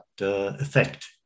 effect